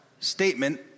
Statement